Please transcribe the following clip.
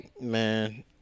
Man